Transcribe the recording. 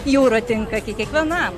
jūra tinka gi kiekvienam